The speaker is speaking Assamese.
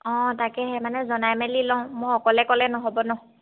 অঁ তাকে সেই মানে জনাই মেলি লওঁ মই অকলে ক'লে নহ'ব ন